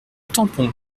tampon